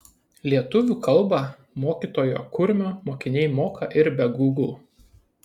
lietuvių kalbą mokytojo kurmio mokiniai moka ir be gūgl